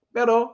Pero